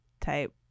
type